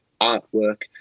artwork